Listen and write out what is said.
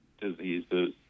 diseases